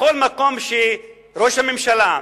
בכל מקום שראש הממשלה,